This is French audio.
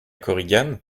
korigane